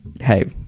hey